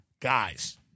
Guys